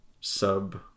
sub